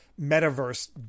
metaverse